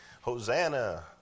Hosanna